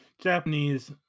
Japanese